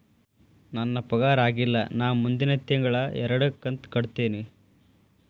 ನನ್ನ ಪಗಾರ ಆಗಿಲ್ಲ ನಾ ಮುಂದಿನ ತಿಂಗಳ ಎರಡು ಕಂತ್ ಕಟ್ಟತೇನಿ